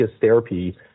therapy